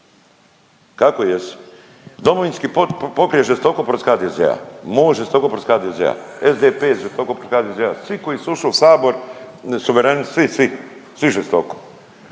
Kako jesu? Domovinski pokret žestoko protiv HDZ-a, Most žestoko protiv HDZ-a, SDP žestoko protiv HDZ-a, svi koji su ušli u sabor, Suverenisti, svi, svi, svi žestoko.